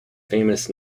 famous